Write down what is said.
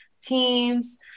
teams